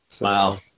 Wow